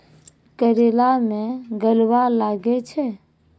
करेला मैं गलवा लागे छ?